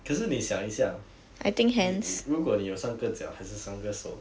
可是你想一下你如果你有三个脚还是三个手